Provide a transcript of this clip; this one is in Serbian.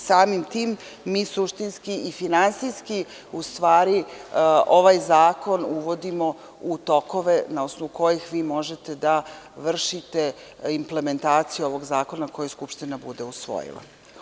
Samim tim, mi suštinski i finansijski, u stvari ovaj zakon uvodimo u tokove, na osnovu kojih vi možete da vršite implementaciju ovog zakona koji Skupština bude usvojila.